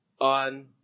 on